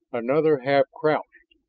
another half crouched,